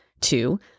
Two